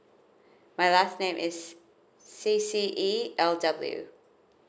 my last name is C C E L W